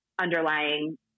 underlying